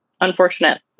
unfortunate